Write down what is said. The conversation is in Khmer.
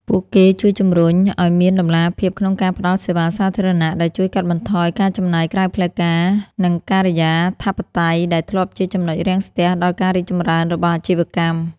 ពួកគេជម្រុញឱ្យមានតម្លាភាពក្នុងការផ្ដល់សេវាសាធារណៈ ដែលជួយកាត់បន្ថយការចំណាយក្រៅផ្លូវការ និងការិយាធិបតេយ្យដែលធ្លាប់ជាចំណុចរាំងស្ទះដល់ការរីកចម្រើនរបស់អាជីវកម្ម។